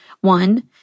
One